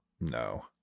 No